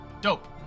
Dope